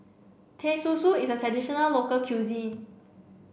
Teh Susu is a traditional local cuisine